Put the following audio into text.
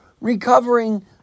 recovering